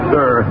sir